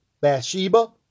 Bathsheba